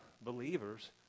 believers